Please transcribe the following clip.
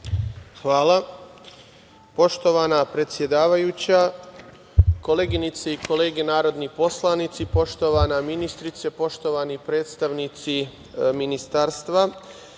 Hvala. Poštovana predsedavajuća, koleginice i kolege narodni poslanici, poštovana ministrice, poštovani predstavnici ministarstva,